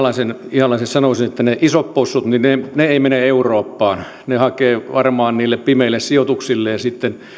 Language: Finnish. ihalaiselle sanoisin että ne isot possut eivät mene eurooppaan vaan ne hakevat varmaan niille pimeille sijoituksille